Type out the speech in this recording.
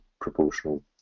proportional